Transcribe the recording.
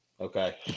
Okay